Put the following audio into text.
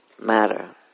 matter